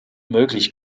möglich